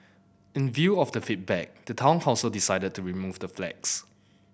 in view of the feedback the Town Council decided to remove the flags